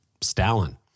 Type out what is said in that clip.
Stalin